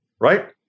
right